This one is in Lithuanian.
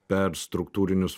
per struktūrinius